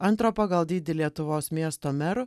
antro pagal dydį lietuvos miesto meru